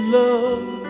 love